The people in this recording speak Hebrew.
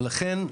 ולכן,